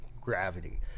gravity